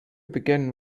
begin